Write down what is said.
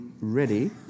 ready